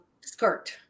skirt